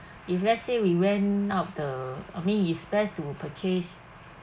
if let's say we rent out the I mean is best to purchase